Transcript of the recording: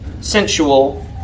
sensual